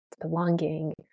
belonging